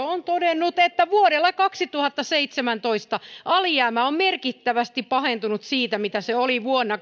on todennut että vuoteen kaksituhattaseitsemäntoista alijäämä on merkittävästi pahentunut siitä mitä se oli vuonna